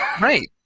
Right